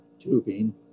tubing